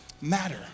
matter